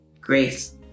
grace